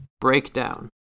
Breakdown